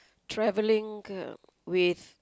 travelling with